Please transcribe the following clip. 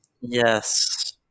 Yes